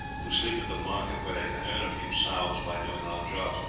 who sleep at the market where they can earn a few sous by doing odd jobs,